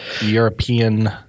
European